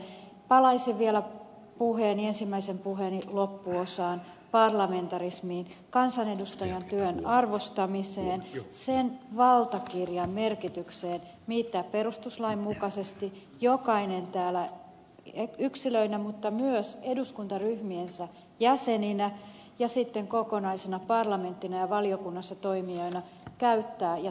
palaisin vielä ensimmäisen puheeni loppuosaan parlamentarismiin kansanedustajan työn arvostamiseen sen valtakirjan merkitykseen mitä perustuslain mukaisesti jokainen täällä yksilönä mutta myös eduskuntaryhmänsä jäsenenä ja sitten kokonaisena parlamenttina ja valiokunnassa toimijana käyttää ja millä toimii